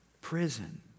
prison